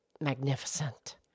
magnificent